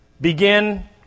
begin